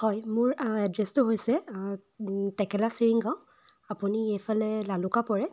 হয় মোৰ এড্ৰেছটো হৈছে টেকেলা চিৰিংগ আপুনি এইফালে লালুকা পৰে